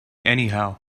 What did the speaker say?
anyhow